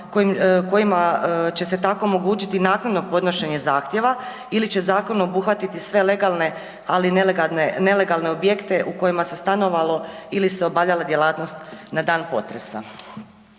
kojima će se tako omogućiti naknadno podnošenje zahtjeva ili će zakon obuhvatiti sve legalne, ali i nelegalne objekte u kojima se stanovalo ili se obavljala djelatnost na dan potresa.